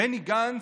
בני גנץ,